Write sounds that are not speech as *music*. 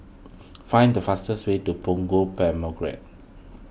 find the fastest way to Punggol *unintelligible*